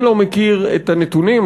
אני לא מכיר את הנתונים,